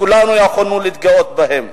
כולנו יכולנו להתגאות בהם.